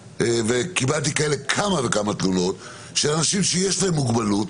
וקיבלתי כמה וכמה תלונות כאלה של אנשים שיש להם מוגבלות